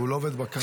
והוא לא עובד בקרקע.